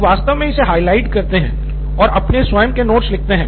लोग वास्तव में इसे हाइलाइट करते हैं और अपने स्वयं के नोट्स लिखते हैं